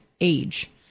age